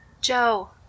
Joe